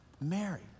Mary